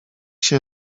się